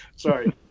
sorry